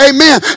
Amen